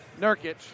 Nurkic